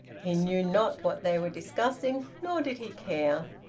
he knew not what they were discussing, nor did he care.